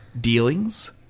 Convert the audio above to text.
dealings